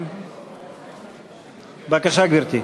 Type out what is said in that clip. בבקשה, גברתי.